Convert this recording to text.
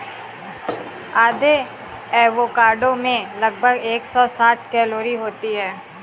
आधे एवोकाडो में लगभग एक सौ साठ कैलोरी होती है